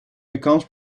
becomes